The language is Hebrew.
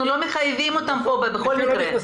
אנחנו לא מחייבים אותם פה בכל מקרה.